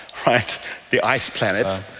the ice planet,